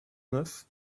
neuf